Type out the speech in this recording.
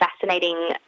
fascinating